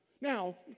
Now